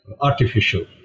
artificial